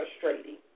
frustrating